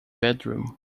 bedroom